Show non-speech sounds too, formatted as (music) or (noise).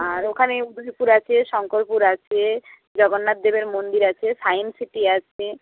আর ওখানে (unintelligible) পুর আছে শঙ্করপুর আছে জগন্নাথ দেবের মন্দির আছে সায়েন্স সিটি আছে